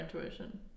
intuition